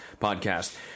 podcast